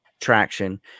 traction